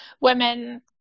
women